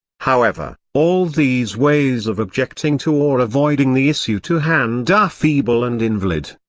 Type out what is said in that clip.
however, all these ways of objecting to or avoiding the issue to hand are feeble and invalid.